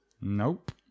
Nope